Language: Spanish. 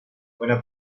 buena